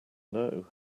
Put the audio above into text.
know